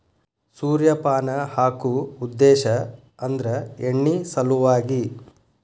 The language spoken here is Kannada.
ಸೂರ್ಯಪಾನ ಹಾಕು ಉದ್ದೇಶ ಅಂದ್ರ ಎಣ್ಣಿ ಸಲವಾಗಿ